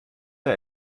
der